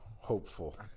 hopeful